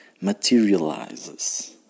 materializes